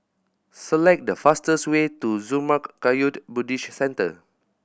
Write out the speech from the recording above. select the fastest way to Zurmang Kagyud Buddhist Centre